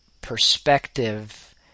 perspective